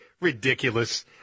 ridiculous